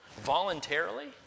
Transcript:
voluntarily